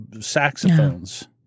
saxophones